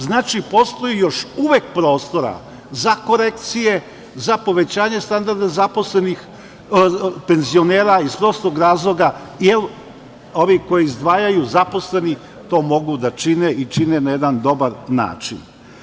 Znači, postoji još uvek prostora za korekcije, za povećanje standarda zaposlenih penzionera, iz prostog razloga jer ovi koji izdvajaju, zaposleni, to mogu da čine i čine na jedan dobar način.